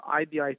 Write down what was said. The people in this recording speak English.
IBI